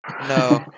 No